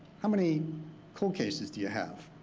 how many cold cases do you have?